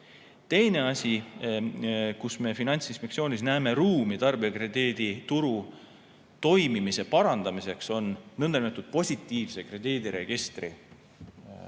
Teine asi, kus me Finantsinspektsioonis näeme ruumi tarbijakrediidituru toimimise parandamiseks, on nõndanimetatud positiivse krediidiregistri